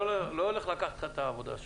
אני לא הולך לקחת לך את העבודה שלך.